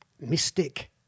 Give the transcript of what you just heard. Mystic